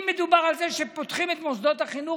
אם מדובר על זה שפותחים את מוסדות החינוך